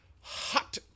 hot